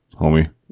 homie